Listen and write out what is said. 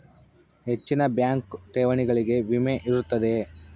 ಹೆಚ್ಚಿನ ಬ್ಯಾಂಕ್ ಠೇವಣಿಗಳಿಗೆ ವಿಮೆ ಇರುತ್ತದೆಯೆ?